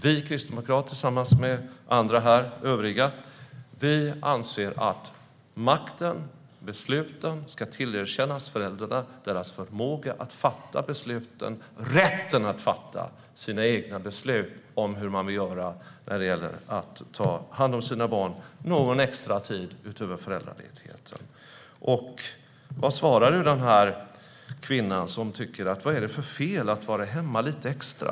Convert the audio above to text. Vi kristdemokrater tillsammans med övriga här anser att makten och besluten ska tillerkännas föräldrarna och deras förmåga och rätt att fatta sina egna beslut om hur man vill göra när det gäller att ta hand om sina barn någon extra tid utöver föräldraledigheten. Vad svarar du kvinnan som undrar vad det är för fel med att vara hemma lite extra?